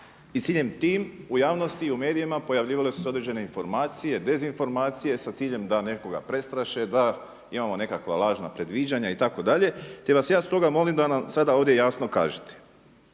I ciljem tim u javnosti i u medijima pojavljivale su se određene informacije, dezinformacije sa ciljem da nekoga prestraše, da imamo nekakva lažna predviđanja itd. Te vas ja stoga molim da nam sada ovdje jasno kažete